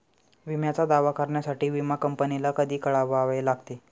विम्याचा दावा करण्यासाठी विमा कंपनीला कधी कळवावे लागते?